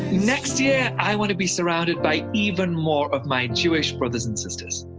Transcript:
next year, i wanna be surrounded by even more of my jewish brothers and sisters.